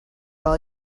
all